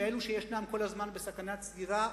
ואלה שישנם נמצאים כל הזמן בסכנת סגירה,